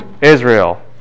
Israel